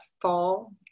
fall